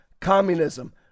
communism